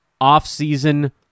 off-season